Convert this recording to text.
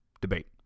debate